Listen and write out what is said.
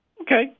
okay